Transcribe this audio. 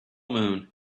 moon